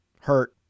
hurt